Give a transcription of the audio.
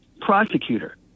prosecutor